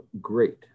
Great